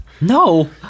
No